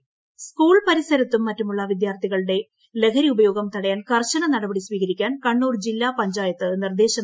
ലഹരി ഉപയോഗം സ്കൂൾ പരിസരത്തും മറ്റുമുള്ള വിദ്യാർഥികളുടെ ലഹരി ഉപയോഗം തടയാൻ കർശന നടപടി സ്വീകരിക്കാൻ കണ്ണൂർ ജില്ലാ പഞ്ചായത്ത് നിർദ്ദേശം